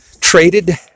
traded